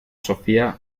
sofía